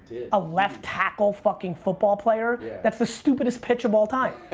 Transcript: a left tackle, fucking football player that's the stupidest pitch of all time.